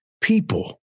people